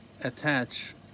attach